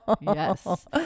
Yes